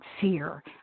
fear